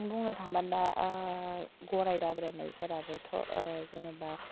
बुंनो थांबा दा गराय दाब्रायनायफोराबोथ' जेनेबा